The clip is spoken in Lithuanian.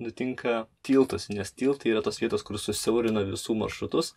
nutinka tiltuose nes tiltai yra tos vietos kur susiaurina visų maršrutus